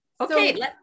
okay